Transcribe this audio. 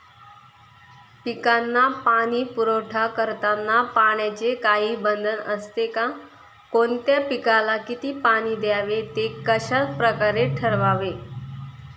पिकांना पाणी पुरवठा करताना पाण्याचे काही बंधन असते का? कोणत्या पिकाला किती पाणी द्यावे ते कशाप्रकारे ठरवावे?